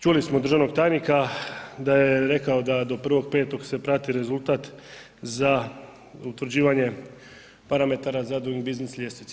Čuli smo od državnog tajnika da je rekao da do 1.5. se prati rezultat za utvrđivanje parametara za Doing Business ljestvice.